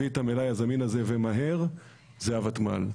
את המלאי הזמין הזה ומהר זה הוותמ"ל.